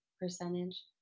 percentage